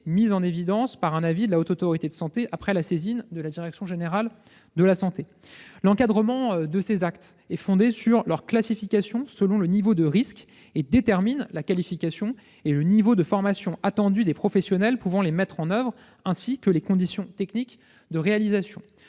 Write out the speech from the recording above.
mis en évidence par un avis de la Haute Autorité de santé, après la saisine de la direction générale de la santé. L'encadrement de ces actes est fondé sur leur classification selon le niveau de risque et détermine la qualification et le niveau de formation attendus des professionnels pouvant les mettre en oeuvre, ainsi que les conditions techniques de réalisation.